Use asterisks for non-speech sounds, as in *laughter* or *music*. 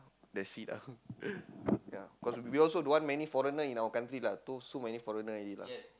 that's it ah *laughs* ya cause we also don't want many foreigner in our country lah too so many foreigner already lah